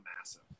massive